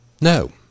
No